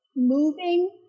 moving